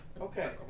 Okay